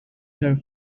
her